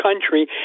country